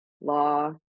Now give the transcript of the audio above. law